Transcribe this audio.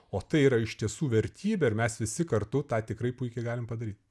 o tai yra iš tiesų vertybė ir mes visi kartu tą tikrai puikiai galim padaryt